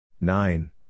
Nine